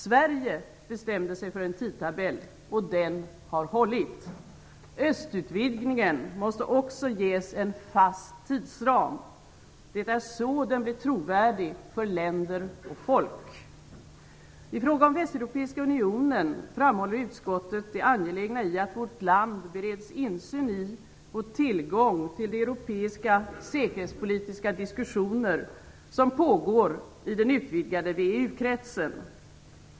Sverige bestämde sig för en tidtabell, och den har hållit. Östutvidgningen måste också ges en fast tidsram - det är så den blir trovärdig för länder och folk. I fråga om Västeuropeiska unionen framhåller utskottet det angelägna i att vårt land bereds insyn i och tillgång till de europeiska säkerhetspolitiska diskussioner som pågår i den utvidgade VEU-kretsen.